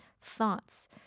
thoughts